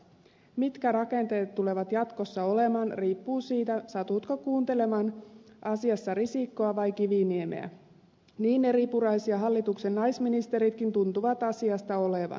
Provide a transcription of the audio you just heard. mitkä rakenteet tulevat jatkossa olemaan riippuu siitä satutko kuuntelemaan asiassa risikkoa vai kiviniemeä niin eripuraisia hallituksen naisministeritkin tuntuvat asiasta olevan